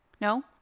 No